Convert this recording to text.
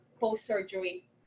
post-surgery